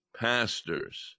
pastors